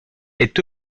est